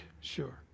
sure